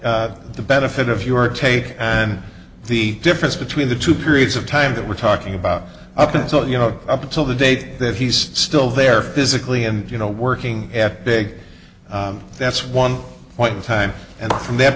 the benefit of your take on the difference between the two periods of time that we're talking about up and so you know up until the date that he's still there physically and you know working at big that's one point in time and from that